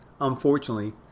unfortunately